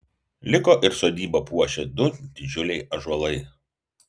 liko ir sodybą puošę du didžiuliai ąžuolai